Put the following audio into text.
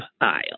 aisle